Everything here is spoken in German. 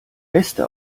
beste